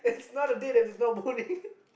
not a date as it's not boning